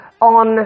on